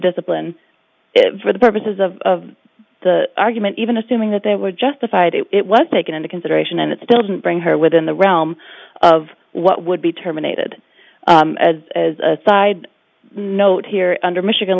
discipline for the purposes of the argument even assuming that they were justified it was taken into consideration and it still didn't bring her within the realm of what would be terminated as a side note here under michigan